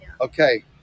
Okay